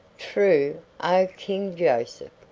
true, o king joseph!